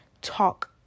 talk